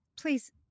please